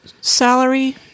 salary